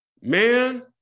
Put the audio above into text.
Man